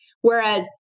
whereas